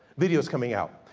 video's coming out.